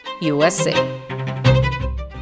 USA